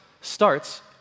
starts